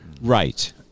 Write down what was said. Right